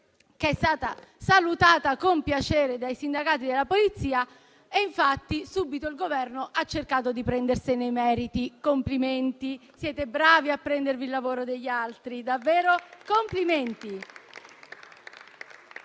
che è stata salutata con piacere dai sindacati della Polizia, e infatti subito il Governo ha cercato di prendersene i meriti. Complimenti, siete bravi a prendervi i meriti per il lavoro degli altri; davvero, complimenti.